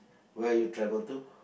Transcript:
where are you travel to